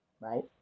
right